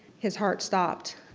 his heart stopped,